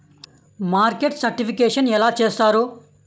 Market certification ఎలా చేస్తారు?